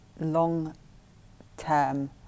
long-term